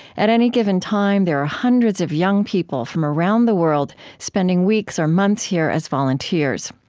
at any given time, there are hundreds of young people from around the world spending weeks or months here as volunteers.